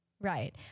Right